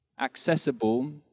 accessible